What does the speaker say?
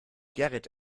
gerrit